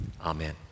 Amen